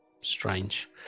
strange